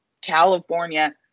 California